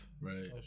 Right